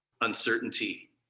uncertainty